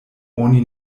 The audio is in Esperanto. oni